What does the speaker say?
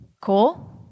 Cool